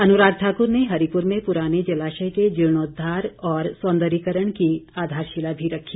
अनुराग ठाकुर ने हरिपुर में पुराने जलाशय के जिर्णोद्वार व सौन्दर्यकरण की आधारशिला भी रखी